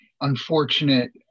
unfortunate